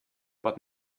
but